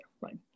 right